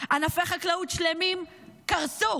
ענפי חקלאות שלמים קרסו.